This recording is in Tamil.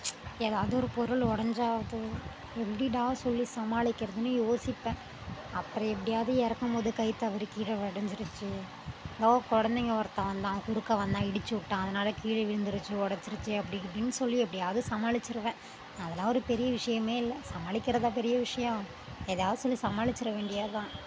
எதாவது ஒரு பொருள் ஒடஞ்சா எப்படிடா சொல்லி சமாளிக்கிறதுன்னு யோசிப்பேன் அப்றம் எப்டியாவது எறக்கம் போது கை தவறி கீழே ஒடைஞ்சிருச்சி தோ கொழந்தைங்க ஒருத்தன் வந்தான் குறுக்கே வந்தான் இடித்து விட்டான் அதனால கீழே விழுந்துடுச்சி ஒடஞ்சிருச்சி அப்படி கிப்டின் சொல்லி எப்படியாவுது சமாளிச்சிடுவேன் அதலாம் ஒரு பெரிய விஷயமே இல்லை சமாளிக்கிறதா பெரிய விஷயம் எதையாவது சொல்லி சமாளிச்சிட வேண்டியது தான்